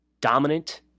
dominant